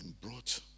Brought